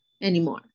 anymore